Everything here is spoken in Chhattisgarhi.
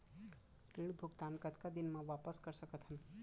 ऋण भुगतान कतका दिन म वापस कर सकथन?